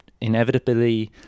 inevitably